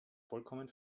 vollkommen